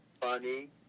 funny